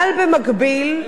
אבל במקביל,